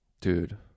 Dude